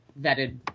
vetted